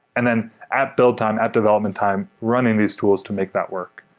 and then at build time, at development time, running these tools to make that work.